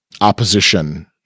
opposition